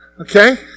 Okay